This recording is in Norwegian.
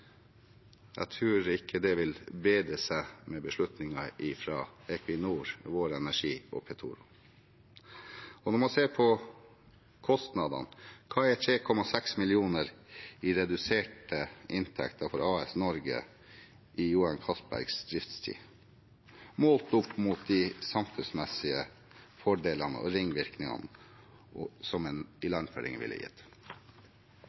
Jeg tror ikke det vil bedre seg med beslutningen fra Equinor, Vår Energi og Petoro. Når man ser på kostnadene – hva er 3,6 mrd. kr i reduserte inntekter for AS Norge i Johan Castbergs driftstid målt opp mot de samfunnsmessige fordelene og ringvirkningene en ilandføring ville gitt?